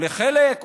או לחלק,